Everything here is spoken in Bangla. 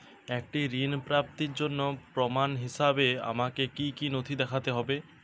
একটি ঋণ প্রাপ্তির জন্য প্রমাণ হিসাবে আমাকে কী কী নথি দেখাতে হবে?